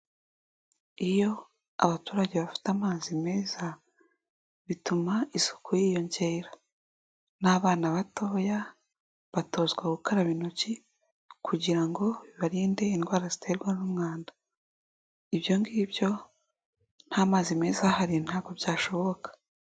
Iyo abaturage bafite amazi meza, bituma isuku yiyongera n'abana batoya batozwa gukaraba intoki kugira ngo bibarinde indwara ziterwa n'umwanda. Ibyo ngibyo ntamazi meza ahari ntabwo byashoboka.